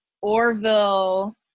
Orville